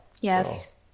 Yes